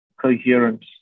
coherence